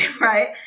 right